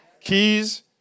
keys